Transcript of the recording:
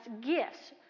gifts